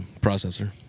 processor